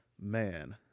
man